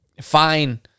fine